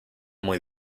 muy